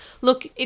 look